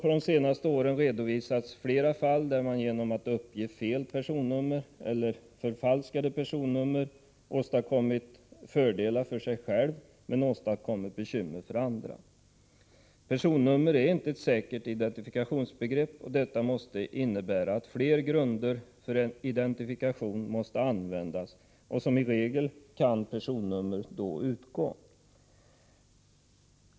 Under de senaste åren har flera fall redovisats, där man genom att uppge fel personnummer eller förfalskade personnummer åstadkommit fördelar för sig själv men bekymmer för andra. Personnummer är inte ett säkert identifikationsbegrepp. Det måste innebära att det behövs flera grunder för identifikationen. I regel kan personnumret då utgå.